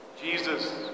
Jesus